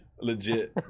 legit